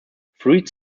fruits